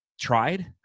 tried